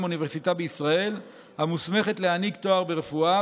אוניברסיטה בישראל המוסמכת להעניק תואר ברפואה,